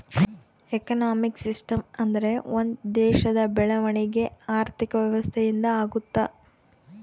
economic system ಅಂದ್ರೆ ಒಂದ್ ದೇಶದ ಬೆಳವಣಿಗೆ ಆರ್ಥಿಕ ವ್ಯವಸ್ಥೆ ಇಂದ ಆಗುತ್ತ